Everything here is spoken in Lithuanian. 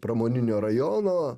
pramoninio rajono